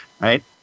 Right